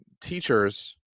teachers